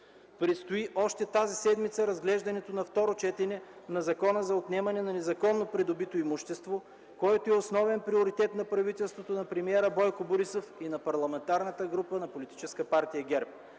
Предстои още тази седмица разглеждането на второ четене на Закона за отнемане на незаконно придобито имущество, който е основен приоритет на правителството на премиера Бойко Борисов и на Парламентарната група на Политическа партия ГЕРБ.